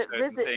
visit